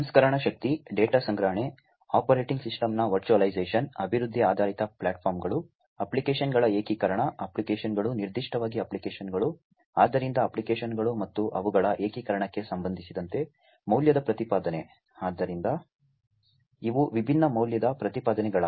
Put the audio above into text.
ಸಂಸ್ಕರಣಾ ಶಕ್ತಿ ಡೇಟಾ ಸಂಗ್ರಹಣೆ ಆಪರೇಟಿಂಗ್ ಸಿಸ್ಟಮ್ನ ವರ್ಚುಯಲೈಝೇಶನ್ ಅಭಿವೃದ್ಧಿ ಆಧಾರಿತ ಪ್ಲಾಟ್ಫಾರ್ಮ್ಗಳು ಅಪ್ಲಿಕೇಶನ್ಗಳ ಏಕೀಕರಣ ಅಪ್ಲಿಕೇಶನ್ಗಳು ನಿರ್ದಿಷ್ಟವಾಗಿ ಅಪ್ಲಿಕೇಶನ್ಗಳು ಆದ್ದರಿಂದ ಅಪ್ಲಿಕೇಶನ್ಗಳು ಮತ್ತು ಅವುಗಳ ಏಕೀಕರಣಕ್ಕೆ ಸಂಬಂಧಿಸಿದಂತೆ ಮೌಲ್ಯದ ಪ್ರತಿಪಾದನೆ ಆದ್ದರಿಂದ ಇವು ವಿಭಿನ್ನ ಮೌಲ್ಯದ ಪ್ರತಿಪಾದನೆಗಳಾಗಿವೆ